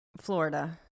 Florida